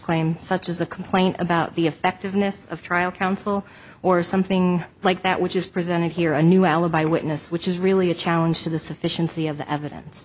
claim such as the complaint about the effectiveness of trial counsel or something like that which is presented here a new alibi witness which is really a challenge to the sufficiency of the evidence